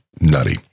nutty